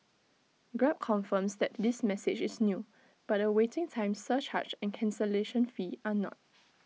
grab confirms that this message is new but the waiting time surcharge and cancellation fee are not